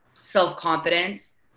self-confidence